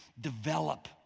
develop